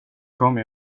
kommer